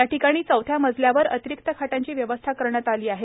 या ठिकाणी चौथ्या मजल्यावर अतिरिक्त खाटांची व्यवस्था करण्यात आली आहे